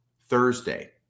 Thursday